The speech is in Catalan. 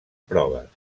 proves